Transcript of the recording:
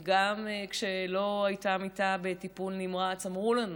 וגם כשלא הייתה מיטה בטיפול נמרץ, אמרו לנו